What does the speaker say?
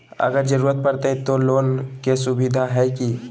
अगर जरूरत परते तो लोन के सुविधा है की?